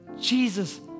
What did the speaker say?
Jesus